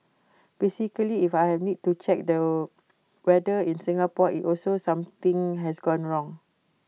basically if I need to check the weather in Singapore IT also something has gone wrong